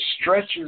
stretches